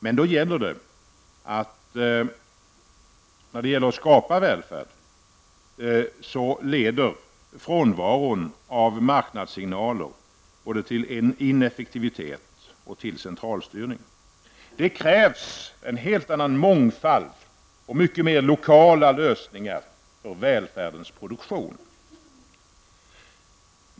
Men då det gäller att skapa välfärd leder frånvaron av marknadssignaler till ineffektivitet och centralstyrning. Det krävs en helt annan mångfald av lokala lösningar för välfärdens produktion.